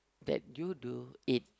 that you do it